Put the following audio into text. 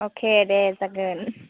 अके दे जागोन